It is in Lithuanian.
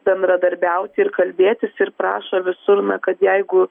bendradarbiauti ir kalbėtis ir prašo visur na kad jeigu